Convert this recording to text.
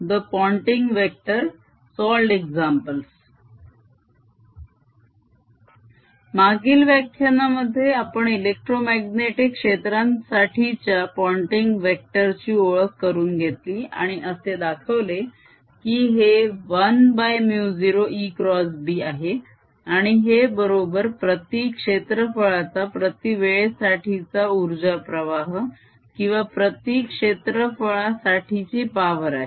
the Poynting vector solved examples मागील व्याख्यानामध्ये आपण इलेक्ट्रोमाग्नेटीक क्षेत्रांसाठीच्या पोंटिंग वेक्टर ची ओळख करून घेतली आणि असे दाखवले की हे 1μ0ExB आहे आणि हे बरोबर प्रती क्षेत्रफळाचा प्रती वेळेसाठीचा उर्जा प्रवाह किंवा प्रती क्षेत्रफळासाठीची पावर आहे